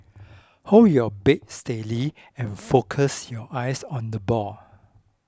hold your bat steady and focus your eyes on the ball